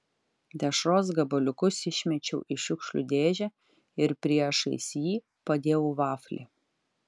dešros gabaliukus išmečiau į šiukšlių dėžę ir priešais jį padėjau vaflį